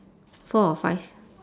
four or five